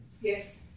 Yes